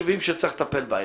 חשובים שצריך לטפל בהם.